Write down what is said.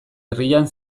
herrian